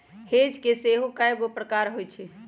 hedge के सेहो कएगो प्रकार होइ छै